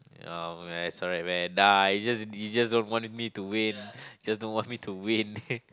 oh man sorry man nah you just you just don't want me to win you just don't want me to win